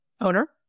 owner